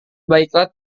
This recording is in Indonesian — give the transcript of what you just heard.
baiklah